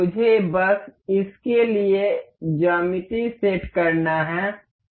मुझे बस इसके लिए ज्यामिति सेट करना है